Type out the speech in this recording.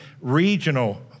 regional